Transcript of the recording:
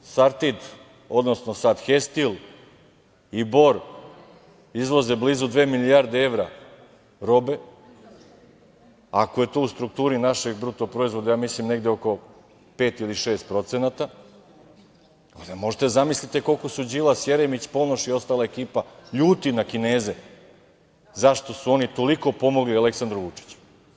Znate ako „Sartid“, odnosno sad „Hestil“ i Bor, izvoze blizu dve milijarde evra robe, ako je to u strukturi našeg BDP, ja mislim negde oko 5% ili 6%, onda možete da zamislite koliko su Đilas, Jeremić, Ponoš i ostala ekipa ljuti na Kineze, zašto su oni toliko pomogli Aleksandru Vučiću.